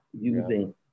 using